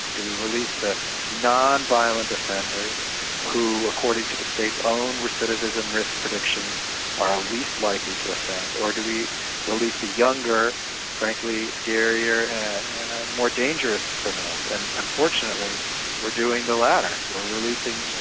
do we release the non-violent offenders who according to the state's own recidivism risk predictions are our least likely to offend? or do we release the younger frankly scarier and more dangerous criminals? and unfortunately we're doing the latter we're releasing,